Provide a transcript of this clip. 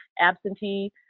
absentee